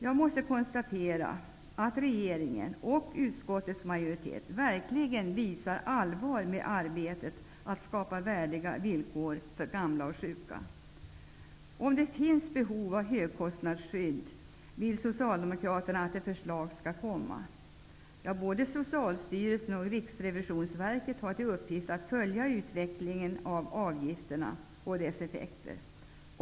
Jag måste konstatera att regeringen och utskottets majoritet verkligen menar allvar med arbetet att skapa värdiga villkor för gamla och sjuka. Socialdemokraterna att det skall komma ett förslag om detta. Både Socialstyrelsen och Riksrevisionsverket har till uppgift att följa utvecklingen av avgifterna och deras effekter.